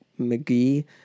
McGee